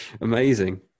Amazing